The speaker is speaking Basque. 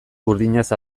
burdinaz